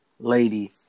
Lady